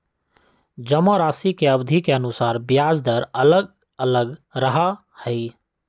जमाराशि के अवधि के अनुसार ब्याज दर अलग अलग रहा हई